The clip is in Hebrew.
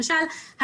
למשל,